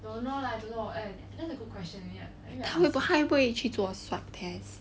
他会不会不会去做 swab test